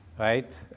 Right